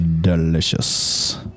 delicious